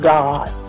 God